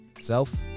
Self